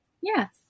Yes